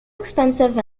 expensive